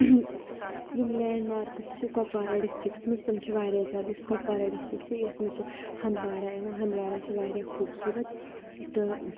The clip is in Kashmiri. یِم لینٛڈ مارکٕس چھِ کۄپوارا ڈِسٹِرٛکَس منٛز تم چھِ واریاہ زیادٕ یُس کۄپوارہ ڈِسٹرک چھِ یَتھ منٛز چھِ ہَنٛدوارا یِوان ہَنٛدوارا چھِ واریاہ خوٗبصوٗرت تہٕ